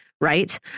Right